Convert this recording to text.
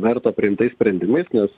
verto priimtais sprendimais nes